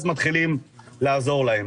אז מתחילים לעזור להם.